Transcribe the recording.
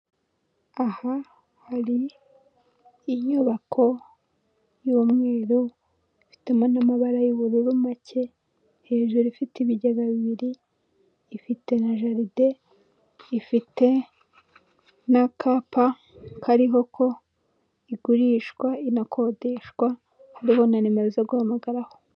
Aha hari inyubako y'umweru ifitemo andi mabara y'ubururu make, hejuru ifite ibigega bibiri, ifite na jaride, ifite n'akapa kariho ko igurishwa inakodeshwa, hariho na nimero zo guhamagaraho.